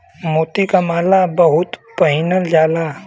मोती क माला बहुत पहिनल जाला